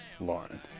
Lauren